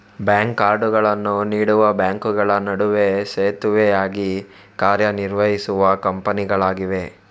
bank ಕಾರ್ಡುಗಳನ್ನು ನೀಡುವ ಬ್ಯಾಂಕುಗಳ ನಡುವೆ ಸೇತುವೆಯಾಗಿ ಕಾರ್ಯ ನಿರ್ವಹಿಸುವ ಕಂಪನಿಗಳಾಗಿವೆ